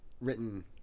written